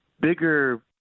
bigger